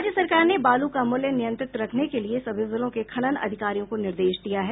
राज्य सरकार ने बालू का मूल्य नियंत्रित रखने के लिए सभी जिलों के खनन अधिकारियों को निर्देश दिया है